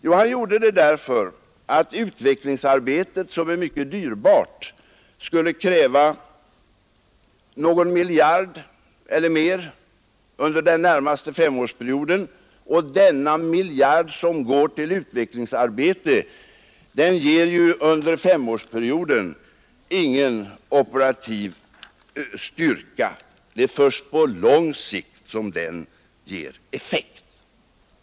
Men han avstyrkte förslaget därför att utvecklingsarbetet, som är mycket dyrbart, skulle kräva någon miljard eller mer under den närmaste femårsperioden, och denna miljard som går till utvecklingsarbete ger ju under femårsperioden ingen operativ styrka. Det är först på lång sikt som den ger effekt.